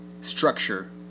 structure